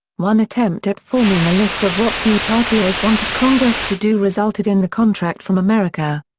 one attempt at forming a list of what tea partiers wanted congress to do resulted in the contract from america.